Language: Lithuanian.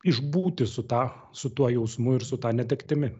išbūti su ta su tuo jausmu ir su ta netektimi